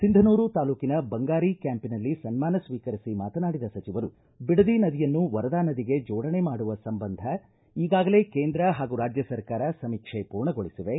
ಸಿಂಧನೂರು ತಾಲೂಕಿನ ಬಂಗಾರಿ ಕ್ಯಾಂಪಿನಲ್ಲಿ ಸನ್ಮಾನ ಸ್ವೀಕರಿಸಿ ಮಾತನಾಡಿದ ಸಚಿವರು ಬಿಡದಿ ನದಿಯನ್ನು ವರದಾ ನದಿಗೆ ಜೋಡಣೆ ಮಾಡುವ ಸಂಬಂಧ ಈಗಾಗಲೇ ಕೇಂದ್ರ ಹಾಗೂ ರಾಜ್ಯ ಸರ್ಕಾರ ಸಮೀಕ್ಷೆ ಮೂರ್ಣಗಳಿಸಿವೆ